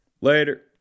later